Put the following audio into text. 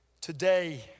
today